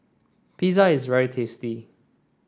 pizza is very tasty